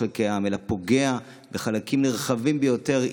חלקי העם אלא פוגע בחלקים נרחבים ביותר,